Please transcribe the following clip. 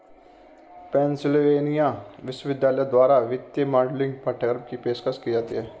Pennsylvania विश्वविद्यालय द्वारा वित्तीय मॉडलिंग पाठ्यक्रम की पेशकश की जाती हैं